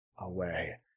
away